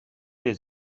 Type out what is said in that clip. des